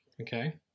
okay